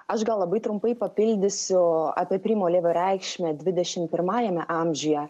aš gal labai trumpai papildysiu apie primo levio reikšmę dvidešim pirmajame amžiuje